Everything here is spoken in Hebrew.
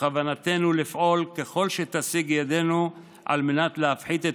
ובכוונתנו לפעול ככל שתשיג ידנו כדי להפחית את